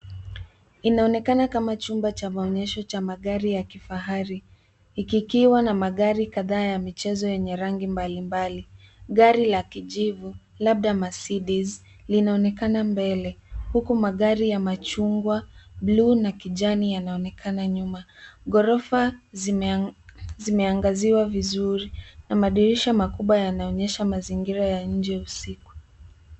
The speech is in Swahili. Inaonekana kama chumba cha maonyesho cha magari ya kifahari, ikiwa na magari kadhaa ya michezo yenye rangi mbalimbali. Gari la kijivu, labda Mercedes, linaonekana mbele, huku magari ya machungwa, bluu, na kijani, yanaonekana nyuma. Ghorofa zimeangaziwa vizuri, na madirisha makubwa yanaonyesha mazingira ya nje usiku.